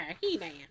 He-Man